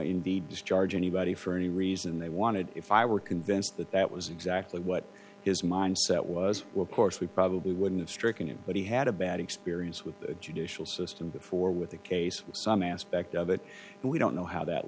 indeed discharge anybody for any reason they wanted if i were convinced that that was exactly what his mindset was what course we probably wouldn't have stricken him but he had a bad experience with the judicial system before with the case some aspect of it and we don't know how that